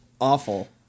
awful